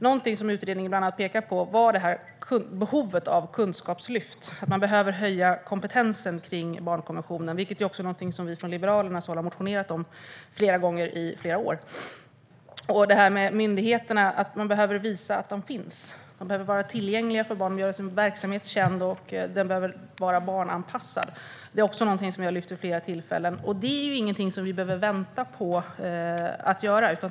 Någonting som utredningen pekar på är behovet av ett kunskapslyft. Man behöver höja kompetensen i fråga om barnkonventionen, vilket vi i Liberalerna också har motionerat om flera gånger under flera år. Man behöver visa att myndigheterna finns. De behöver vara tillgängliga för barn och göra sin verksamhet känd, och verksamheten behöver vara barnanpassad. Även detta har vi lyft fram vid flera tillfällen, och det här är ingenting som vi behöver vänta på att göra.